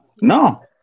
No